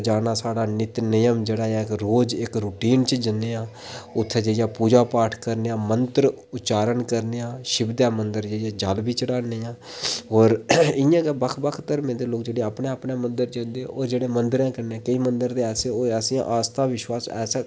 इत्थें जाना साढ़ा नित्य नियम इत्थें अस रोज़ रूटीन च जन्ने आं उत्थें जाइयै पूजा पाठ करने आं मंतर उच्चारण करने आं शिव दे मदर जाइयै जल बी चढ़ानै आं ते इया गै बक्ख बक्ख धर्में दे लोग अपने अपने मंदर जदे होर मंदर च जाइयै ते केईं मंदर होयै ऐसा आस्था विश्वास ऐसा कोई